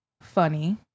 funny